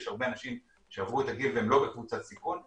יש הרבה אנשים שעברו את הגיל והם לא בקבוצת סיכון,